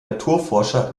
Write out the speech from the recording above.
naturforscher